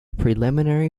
preliminary